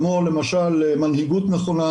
כלומר לנו יש את האחריות לעשות את מה שאנחנו יכולים לעשות